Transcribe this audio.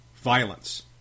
violence